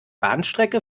bahnstrecke